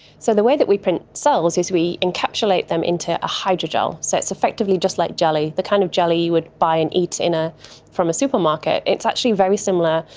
so the way that we print cells is we encapsulate them into a hydrogel, so it's effectively just like jelly, the kind of jelly you would buy and eat ah from a supermarket, it's actually very similar,